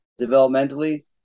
developmentally